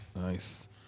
Nice